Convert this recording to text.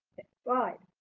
slide.